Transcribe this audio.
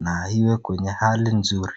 na iwe kwenye hali nzuri.